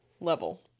level